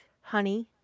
honey